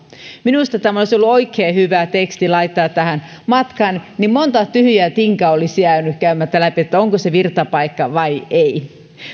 minusta tämä olisi ollut oikein hyvä teksti laittaa tähän matkaan monta tyhjää tinkaa olisi jäänyt käymättä läpi että onko se virtapaikka vai ei